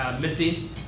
Missy